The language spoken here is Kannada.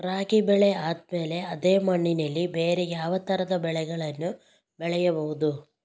ರಾಗಿ ಬೆಳೆ ಆದ್ಮೇಲೆ ಅದೇ ಮಣ್ಣಲ್ಲಿ ಬೇರೆ ಯಾವ ತರದ ಬೆಳೆಗಳನ್ನು ಬೆಳೆಯಬಹುದು?